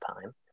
time